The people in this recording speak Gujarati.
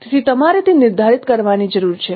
તેથી તમારે તે નિર્ધારિત કરવાની જરૂર છે